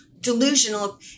delusional